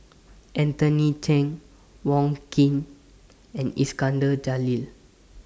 Anthony Chen Wong Keen and Iskandar Jalil